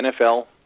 NFL